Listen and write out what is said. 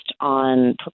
on